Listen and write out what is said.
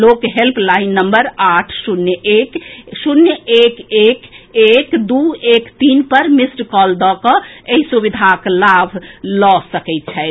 लोक helpline number आठ शून्य एक शून्य एक एक एक दू एक तीन पर मिस्ड कॉल दऽ कऽ एहि सुविधाक लाभ लऽ सकैत छथि